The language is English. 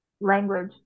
language